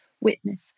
witness